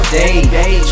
day